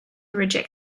reject